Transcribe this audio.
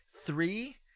three